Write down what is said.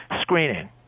screening